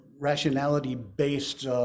rationality-based